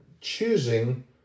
choosing